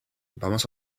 vamos